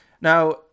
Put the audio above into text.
Now